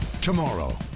Tomorrow